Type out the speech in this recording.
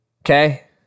okay